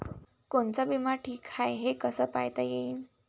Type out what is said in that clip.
कोनचा बिमा ठीक हाय, हे कस पायता येईन?